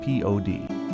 pod